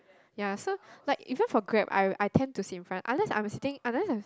ya so like even for Grab I I tend to sit in front unless I'm sitting unless I'm